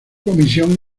comisión